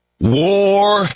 War